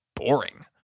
boring